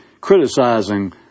criticizing